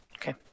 Okay